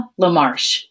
LaMarche